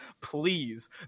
please